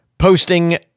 Posting